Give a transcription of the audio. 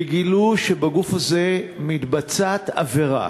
וגילו שבגוף הזה מתבצעת עבירה,